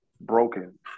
broken